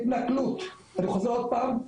אני חוזר עוד פעם,